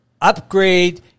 upgrade